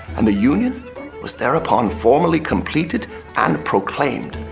and the union was thereupon formally completed and proclaimed!